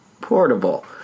portable